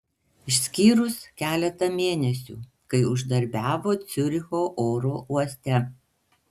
išskyrus keletą mėnesių kai uždarbiavo ciuricho oro uoste